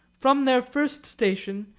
from their first station,